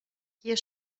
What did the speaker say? hier